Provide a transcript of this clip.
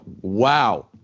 Wow